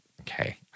okay